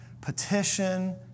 petition